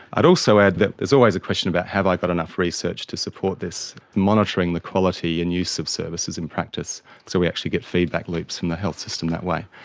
i'd also add that there's a question about have i got enough research to support this, monitoring the quality and use of services in practice, so we actually get feedback loops from the health system that way.